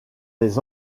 les